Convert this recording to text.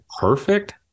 perfect